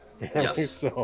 Yes